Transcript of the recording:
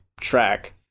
track